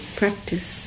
practice